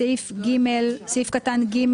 בסעיף גטן (ג)